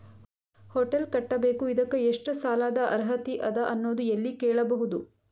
Hotel ಕಟ್ಟಬೇಕು ಇದಕ್ಕ ಎಷ್ಟ ಸಾಲಾದ ಅರ್ಹತಿ ಅದ ಅನ್ನೋದು ಎಲ್ಲಿ ಕೇಳಬಹುದು?